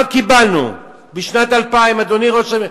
מה קיבלנו בשנת 2000, אדוני ראש הממשלה?